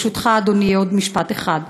ברשותך, אדוני, עוד משפט אחד.